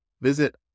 Visit